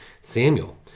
Samuel